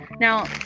Now